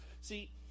See